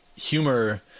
humor